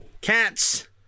Cats